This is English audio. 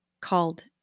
called